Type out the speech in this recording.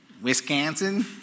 Wisconsin